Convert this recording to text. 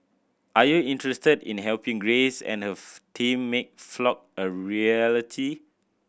are you interested in helping Grace and her team make Flock a reality